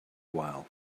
while